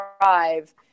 drive